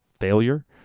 failure